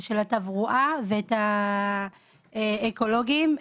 של התברואה ושיקולי אקולוגיה.